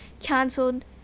cancelled